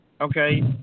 Okay